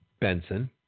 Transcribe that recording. Benson